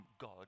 God